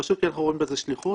פשוט כי אנחנו רואים בזה שליחות,